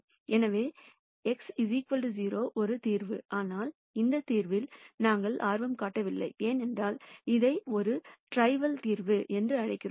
எனவே x 0 ஒரு தீர்வு ஆனால் இந்த தீர்வில் நாங்கள் ஆர்வம் காட்டவில்லை ஏனென்றால் இதை ஒரு ட்ரிவில் தீர்வு என்று அழைக்கிறோம்